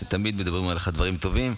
שתמיד מדברים עליך דברים טובים.